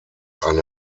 eine